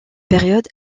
période